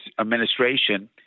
administration